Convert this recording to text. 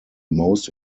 most